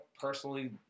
personally